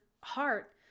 heart